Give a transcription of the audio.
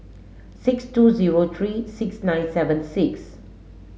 six two zero three six nine seven six